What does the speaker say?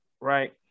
Right